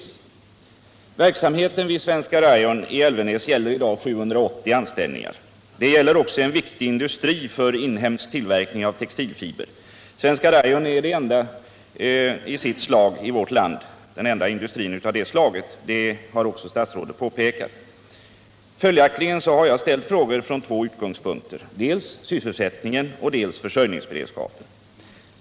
Svenska Rayon i Älvenäs sysselsätter i dag 780 anställda. Verksamheten utgör en viktig industri för inhemsk tillverkning av textilfibrer. Svenska Rayon är i det avseendet den enda industrin i sitt slag i vårt land, vilket statsrådet också har påpekat. Följaktligen har jag ställt mina frågor från två utgångspunkter: dels sysselsättningen, dels försörjningsberedskapen.